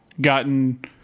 gotten